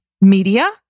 Media